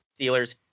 Steelers